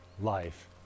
life